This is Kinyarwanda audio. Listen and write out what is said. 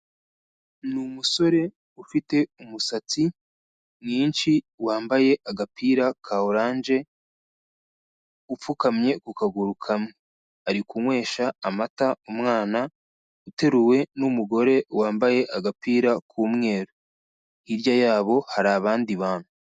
Ni umusore ufite umusatsi mwinshi wambaye agapira ka oranje upfukamye ku kaguru kamwe, ari kunywesha amata umwana uteruwe n'umugore wambaye agapira k'umweru, hirya yabo hari abandi bantu.